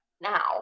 now